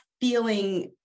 feeling